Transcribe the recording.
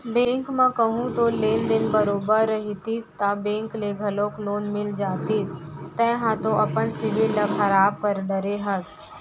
bank म कहूँ तोर लेन देन बरोबर रहितिस ता बेंक ले घलौक लोन मिल जतिस तेंहा तो अपन सिविल ल खराब कर डरे हस